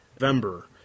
November